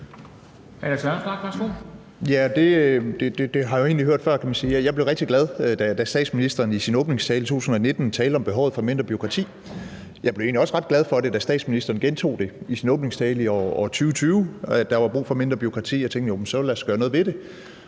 Jeg blev rigtig glad, da statsministeren i sin åbningstale i 2019 talte om behovet for mindre bureaukrati. Jeg blev egentlig også ret glad for det, da statsministeren gentog det i sin åbningstale i år 2020, altså at der var brug for mindre bureaukrati. Jeg tænkte: Jo, men så lad os gøre noget ved det.